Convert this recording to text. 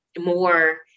more